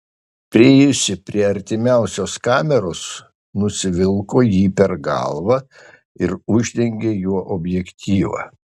priėjusi prie artimiausios kameros nusivilko jį per galvą ir uždengė juo objektyvą